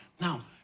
Now